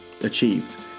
achieved